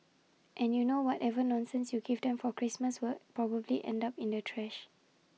and you know whatever nonsense you give them for Christmas will probably end up in the trash